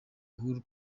uhuru